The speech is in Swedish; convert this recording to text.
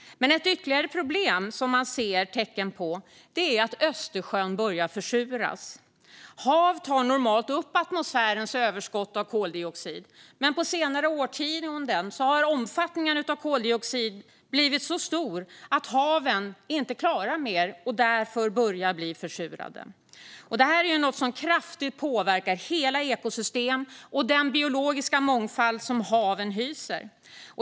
Ett ytterligare problem är att man ser tecken på att Östersjön börjar försuras. Hav tar normalt upp atmosfärens överskott av koldioxid, men på senare årtionden har omfattningen av koldioxiden blivit så stor att haven inte klarar mer och därför börjar bli försurade. Detta är något som kraftigt påverkar hela ekosystemet och den biologiska mångfald som haven hyser.